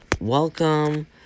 welcome